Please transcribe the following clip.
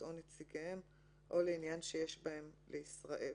או נציגיהם או לעניין שיש בהם לישראל".